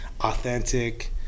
authentic